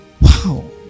wow